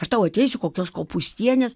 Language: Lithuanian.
aš tau ateisiu kokios kopūstienės